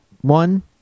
one